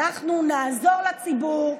אנחנו נעזור לציבור,